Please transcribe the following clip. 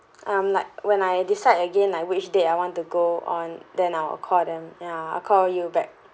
um like when I decide again like which date I want to go on then I'll call them ya I'll call you back